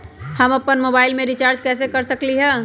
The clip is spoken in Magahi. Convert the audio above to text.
हम अपन मोबाइल में रिचार्ज कैसे कर सकली ह?